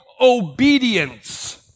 obedience